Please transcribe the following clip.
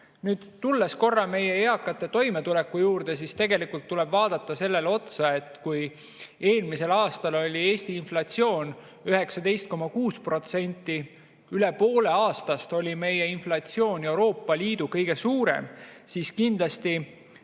Nüüd, tulles meie eakate toimetuleku juurde, siis tegelikult tuleb vaadata otsa sellele, et kui eelmisel aastal oli Eesti inflatsioon 19,6%, üle poole aastast oli meie inflatsioon Euroopa Liidu kõige kõrgem, siis kindlasti